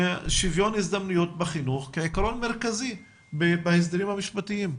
שוויון הזדמנויות בחינוך כעקרון מרכזי בהסדרים המשפטיים.